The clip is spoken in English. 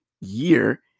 year